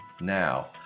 now